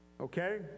okay